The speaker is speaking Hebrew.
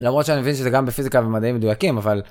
למרות שאני מבין שזה גם בפיזיקה ובמדעים מדויקים, אבל...